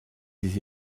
ses